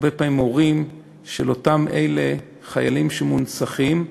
הרבה פעמים הורים של אותם חיילים שמונצחים.